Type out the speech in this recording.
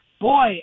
boy